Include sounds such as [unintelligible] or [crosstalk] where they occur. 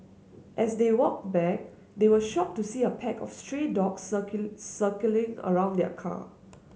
as they walked back they were shocked to see a pack of stray dogs [unintelligible] circling around their car